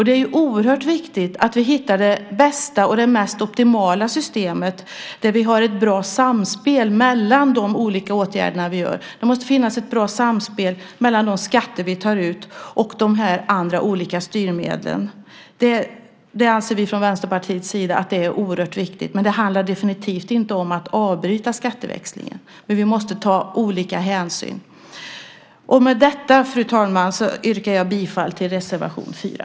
Det är oerhört viktigt att vi hittar det bästa och mest optimala systemet där vi har ett bra samspel mellan de olika åtgärder som vi gör. Det måste finnas ett bra samspel mellan de skatter vi tar ut och de andra olika styrmedlen. Det anser vi från Vänsterpartiets sida är oerhört viktigt. Det handlar definitivt inte om att avbryta skatteväxlingen, men vi måste ta olika hänsyn. Med detta, fru talman, yrkar jag bifall till reservation 4.